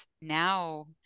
now